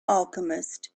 alchemist